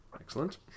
Excellent